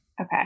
Okay